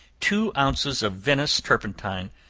two ounces of venice turpentine,